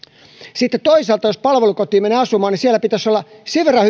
sitten toisaalta jos palvelukotiin menee asumaan niin siellä pitäisi olla sen verran